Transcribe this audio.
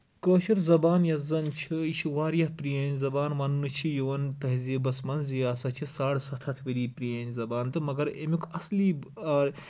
کٲشِر زَبان یۄس زَن چھِ یہِ چھِ واریاہ پرٲنۍ زَبان وَننہٕ چھِ یِوان تہزیٖبَس منٛز یہِ ہسا چھِ ساڈٕ سَتھ ہَتھ ؤری پرٲنۍ زَبان تہٕ مَگر اَمیُک اَصلی